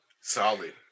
Solid